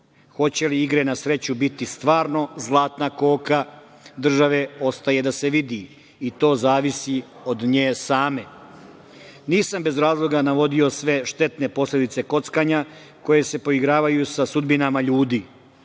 Hoće li igre na sreću biti stvarno zlatna koka države, ostaje da se vidi i to zavisi od nje same. Nisam bez razloga navodio sve štetne posledice kockanja koje se poigravaju sa sudbinama ljudi,